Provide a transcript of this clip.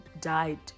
died